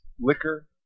liquor